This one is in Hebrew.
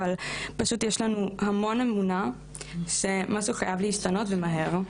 אבל פשוט יש לנו המון אמונה שמשהו חייב להשתנות ומהר.